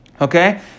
Okay